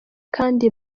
kandi